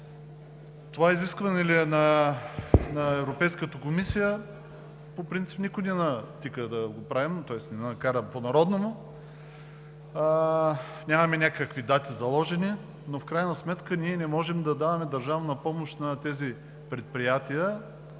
Това изискване ли е на Европейската комисия? По принцип никой не ни тика да го правим, тоест не ни кара по народному. Нямаме някакви заложени дати, но в крайна сметка ние не можем да даваме държавна помощ на тези предприятия,